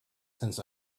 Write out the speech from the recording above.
since